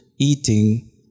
eating